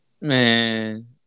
Man